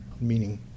meaning